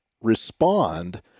respond